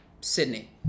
Sydney